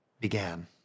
began